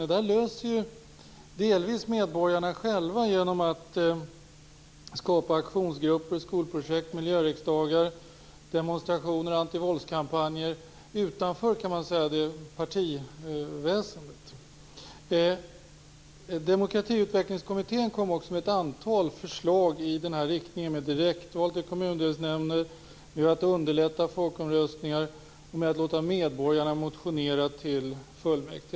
Medborgarna löser detta delvis själva genom att skapa aktionsgrupper, skolprojekt, miljöriksdagar, demonstrationer och antivåldskampanjer utanför partiväsendet. Demokratiutvecklingskommittén kom också med ett antal förslag i den här riktningen, t.ex. att ha direktval till kommundelsnämnder, att man skall underlätta folkomröstningar och att medborgarna skall få motionera till fullmäktige.